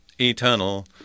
eternal